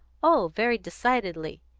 oh, very decidedly.